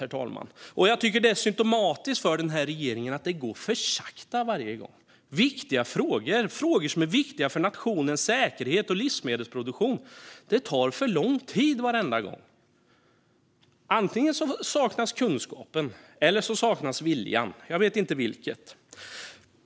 Jag tycker att det är symtomatiskt för den här regeringen att det går för sakta varje gång. Det gäller frågor som är viktiga för nationens säkerhet och livsmedelsproduktion, och det tar för lång tid varenda gång. Det saknas antingen kunskap eller vilja - jag vet inte vilket.